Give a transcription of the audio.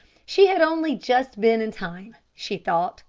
she had only just been in time, she thought.